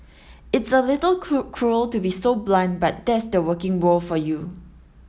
it's a little cruel to be so blunt but that's the working world for you